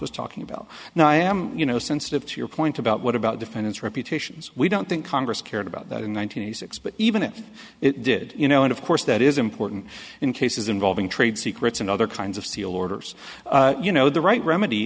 was talking about now i am you know sensitive to your point about what about defendant's reputations we don't think congress cared about that in one thousand and six but even if it did you know and of course that is important in cases involving trade secrets and other kinds of seal orders you know the right remedy